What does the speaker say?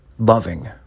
loving